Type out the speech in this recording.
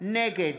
נגד